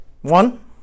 One